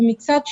ומצד שני,